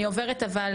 אני עוברת אבל,